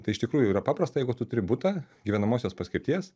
tai iš tikrųjų yra paprasta jeigu tu turi butą gyvenamosios paskirties